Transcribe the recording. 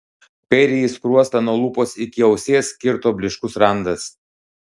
kairįjį skruostą nuo lūpos iki ausies kirto blyškus randas